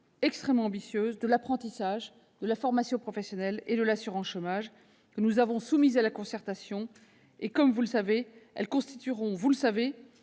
tout aussi ambitieuses de l'apprentissage, de la formation professionnelle et de l'assurance chômage, que nous avons soumises à la concertation. Elles constitueront, vous le savez,